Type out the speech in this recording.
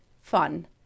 fun